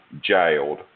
jailed